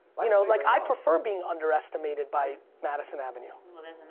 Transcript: you know, like i prefer being underestimated by madison avenue. well there's